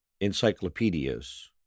encyclopedias